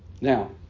Now